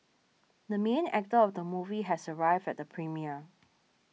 the main actor of the movie has arrived at the premiere